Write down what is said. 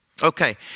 Okay